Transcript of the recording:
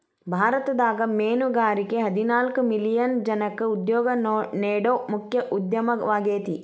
ಭಾರತದಾಗ ಮೇನುಗಾರಿಕೆ ಹದಿನಾಲ್ಕ್ ಮಿಲಿಯನ್ ಜನಕ್ಕ ಉದ್ಯೋಗ ನೇಡೋ ಮುಖ್ಯ ಉದ್ಯಮವಾಗೇತಿ